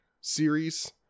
series